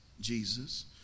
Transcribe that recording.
Jesus